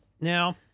Now